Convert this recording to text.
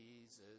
Jesus